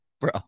Bro